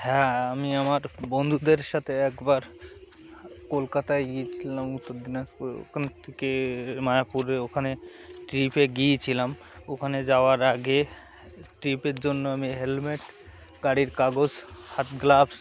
হ্যাঁ আমি আমার বন্ধুদের সাথে একবার কলকাতায় গিয়েছিলাম উত্তর দিনাজপুর ওখান থেকে মায়াপুরে ওখানে ট্রিপে গিয়েছিলাম ওখানে যাওয়ার আগে ট্রিপের জন্য আমি হেলমেট গাড়ির কাগজ হাত গ্লাভস